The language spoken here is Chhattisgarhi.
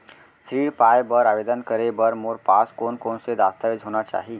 ऋण पाय बर आवेदन करे बर मोर पास कोन कोन से दस्तावेज होना चाही?